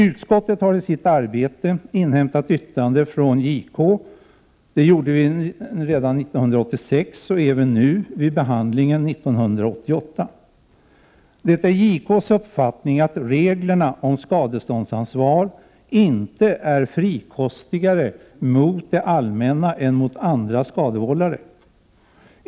Utskottet har i sitt arbete inhämtat yttrande från JK. Det gjorde vi redan 1986 och även nu vid behandlingen 1988. Det är JK:s uppfattning att reglerna om skadeståndsansvar inte är frikostigare mot det allmänna än mot andra skadevållare.